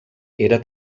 era